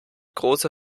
große